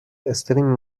استریم